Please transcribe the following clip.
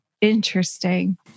interesting